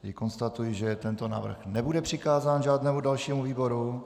Tedy konstatuji, že tento návrh nebude přikázán žádnému dalšímu výboru.